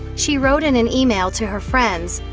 she wrote in an email to her friends,